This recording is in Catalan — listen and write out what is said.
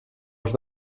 els